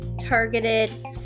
targeted